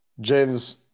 James